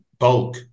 bulk